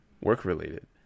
work-related